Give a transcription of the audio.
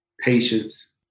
patience